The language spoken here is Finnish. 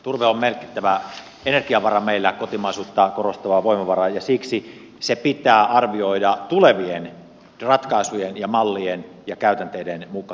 turve on merkittävä energiavara meillä kotimaisuuttaan korostava voimavara ja siksi se pitää arvioida tulevien ratkaisujen ja mallien ja käytänteiden mukaan